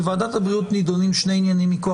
בוועדת הבריאות נידונים שני עניינים מכוח